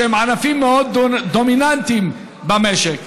שהם ענפים מאוד דומיננטיים במשק.